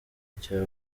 cya